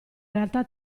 realtà